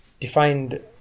defined